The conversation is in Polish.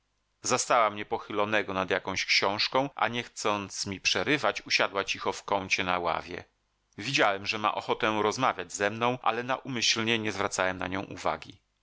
zwyczajną zastała mnie pochylonego nad jakąś książką a nie chcąc mi przerywać usiadła cicho w kącie na ławie widziałem że ma ochotę rozmawiać ze mną ale naumyślnie nie zwracałem na nią uwagi